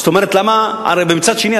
מצד שני,